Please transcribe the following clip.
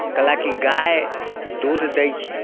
कयलाकि गाए दूध दैत छै